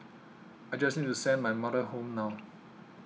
I just need to send my mother home now